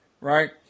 right